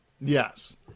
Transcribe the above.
yes